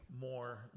more